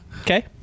Okay